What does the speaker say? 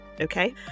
okay